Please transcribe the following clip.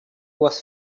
was